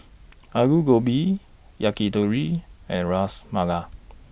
Alu Gobi Yakitori and Ras Malai